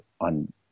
on